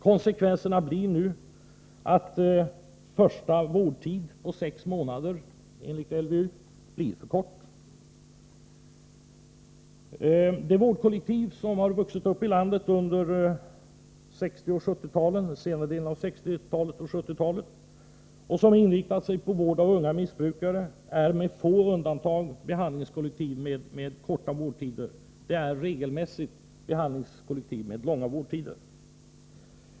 Den nuvarande första vårdtiden på sex månader vid omhändertagande enligt LVU är för kort. De vårdkollektiv som har vuxit upp i landet under 1960 och 1970-talen, och som har inriktat sig på vård av unga missbrukare, är med få undantag behandlingskollektiv med långa vårdtider.